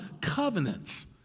covenants